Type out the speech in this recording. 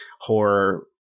horror